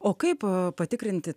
o kaip patikrinti